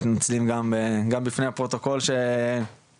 אנחנו מציינים גם בפני הפרוטוקול שאני מתנצל על כך